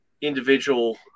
individual